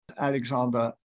Alexander